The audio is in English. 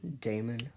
Damon